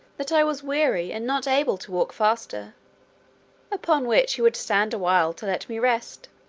that i was weary, and not able to walk faster upon which he would stand awhile to let me rest.